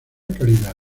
calidad